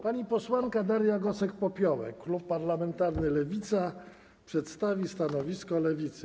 Pani posłanka Daria Gosek-Popiołek, klub parlamentarny Lewica, przedstawi stanowisko Lewicy.